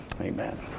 Amen